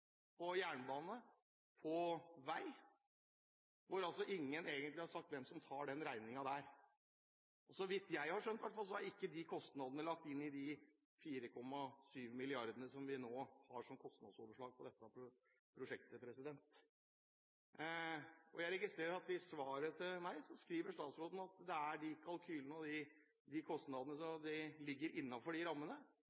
tuneller, jernbane og vei. Ingen har egentlig sagt hvem som tar regningen. Så vidt jeg har skjønt i hvert fall, er ikke de kostnadene lagt inn i de 4,7 mrd. kr som vi nå har som kostnadsoverslag på dette prosjektet. Jeg registrerer at statsråden i svaret til meg skriver at kalkylene og kostnadene ligger innenfor rammene. Men det er viktig å vite hvem som